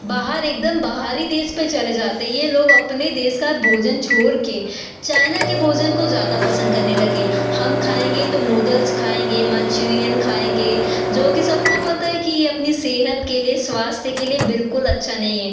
बाहर एकदम बाहरी देश पर चले जाते यह लोग अपने देश का भोजन छोड़ कर चायना के भोजन को ज़्यादा पसंद करने लगे हम खाएंगे तो नूदल्स खाएंगे मंचूरियन खाएंगे जो कि सबको पता है कि यह अपनी सेहत के लिए स्वास्थय के लिए बिल्कुल अच्छा नहीं है